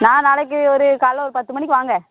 நான் நாளைக்கு ஒரு காலைல ஒரு பத்து மணிக்கு வாங்க